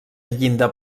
llinda